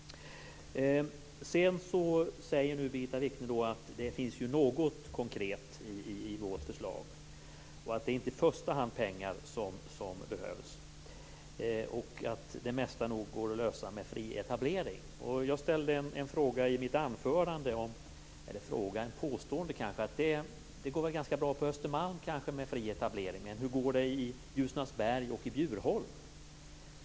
Sedan säger Birgitta Wichne att det finns ju något konkret i vårt förslag, att det inte i första hand är pengar som behövs och att det mesta nog går att lösa med fri etablering. Jag sade i mitt anförande att det kanske går bra att ha fri etablering på Östermalm. Men hur går det i Ljusnarsberg och i Bjurholm?